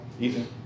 Ethan